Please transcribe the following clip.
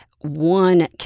One